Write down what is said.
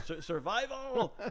survival